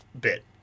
bit